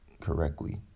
correctly